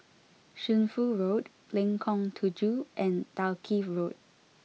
Shunfu Road Lengkong Tujuh and Dalkeith Road